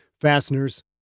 fasteners